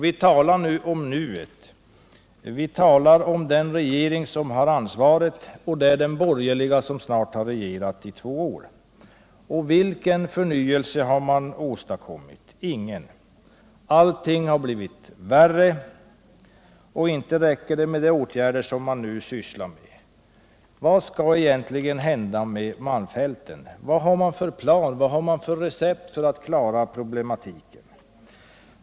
Vi talar om nuet, dvs. om den borgerliga regering som har ansvaret och som nu har regerat i snart två år. Vilken förnyelse har man åstadkommit? Ingen! Allting har blivit värre och inte räcker det med de åtgärder som man nu vidtar. Vad skall egentligen hända med malmfälten? Vad har man för plan, för recept, för att klara problematiken?